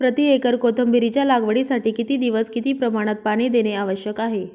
प्रति एकर कोथिंबिरीच्या लागवडीसाठी किती दिवस किती प्रमाणात पाणी देणे आवश्यक आहे?